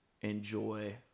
enjoy